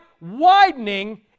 widening